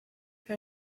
her